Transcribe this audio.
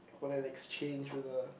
for an exchange with the